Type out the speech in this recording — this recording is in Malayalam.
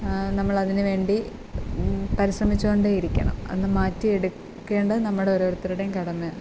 നമ്മൾ അതിനുവേണ്ടി പരിശ്രമിച്ചുകൊണ്ടേ ഇരിക്കണം അത് മാറ്റി എടുക്കേണ്ടത് നമ്മുടെ ഓരോരുത്തരുടെയും കടമയാണ്